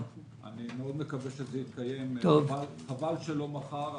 אני מקווה מאוד שזה יתקיים, חבל שלא מחר.